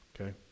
Okay